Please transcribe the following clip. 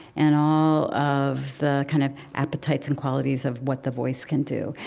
and all of the, kind of, appetites and qualities of what the voice can do.